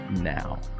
now